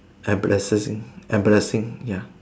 embarrassing embarrassing